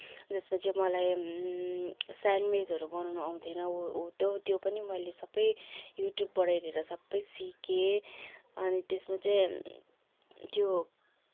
जसमा चाहिँ मलाई सेन्डविचहरू बनाउन आउँथेन हो तर त्यो पनि मैले सबै युट्युबबाट हेरेर सबै सिकेँ अनि त्यसमा चाहिँ त्यो